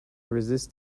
resist